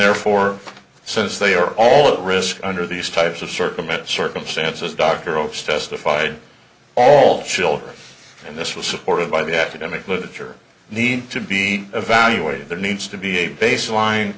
therefore since they are all the risk under these types of circumvent circumstances doctorow stressed defied all children and this was supported by the academic literature needs to be evaluated there needs to be a baseline